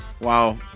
Wow